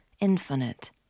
infinite